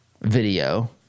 video